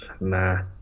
Nah